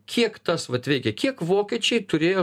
kiek tas vat veikia kiek vokiečiai turėjo